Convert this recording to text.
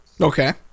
okay